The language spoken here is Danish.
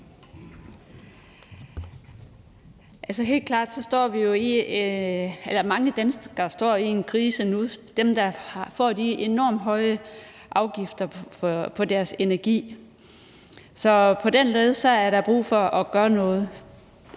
Mange danskere står jo helt klart i en krise nu, altså dem, der får de enormt høje afgifter på deres energi. Så på den led er der brug for at gøre noget.